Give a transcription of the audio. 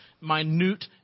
minute